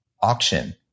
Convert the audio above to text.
auction